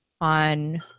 on